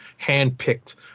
handpicked